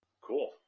cool